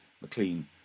mclean